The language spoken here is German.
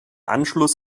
anschluss